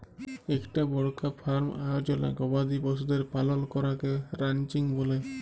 ইকটা বড়কা ফার্ম আয়জলে গবাদি পশুদের পালল ক্যরাকে রানচিং ব্যলে